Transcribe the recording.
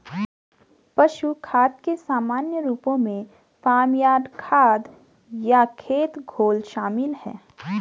पशु खाद के सामान्य रूपों में फार्म यार्ड खाद या खेत घोल शामिल हैं